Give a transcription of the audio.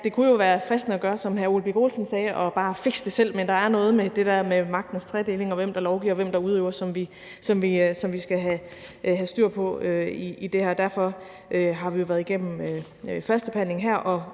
det kunne jo være fristende at gøre, som hr. Ole Birk Olesen sagde, og bare fikse det selv, men der er noget med det der med magtens tredeling, og hvem der lovgiver, og hvem der udøver, som vi skal have styr på i det her. Derfor har vi været igennem en førstebehandling her. Og